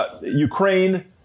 Ukraine